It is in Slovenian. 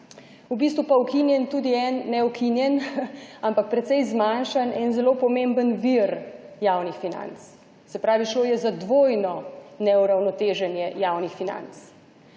v bistvu pa ukinjen tudi en ne ukinjen, ampak precej zmanjšan en zelo pomemben vir javnih financ, se pravi, šlo je za dvojno neuravnoteženje javnih financ.